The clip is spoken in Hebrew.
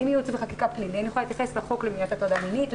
אני מייעוץ וחקיקה פלילי ואני יכולה להתייחס לחוק למניעת הטרדה מינית.